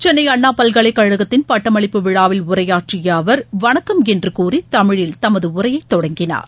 சென்னை அண்ணா பல்கலைக்கழகத்தின் பட்டமளிப்பு விழாவில் உரையாற்றிய அவர் வணக்கம் என்று கூறி தமிழில் தமது உரையை தொடங்கினார்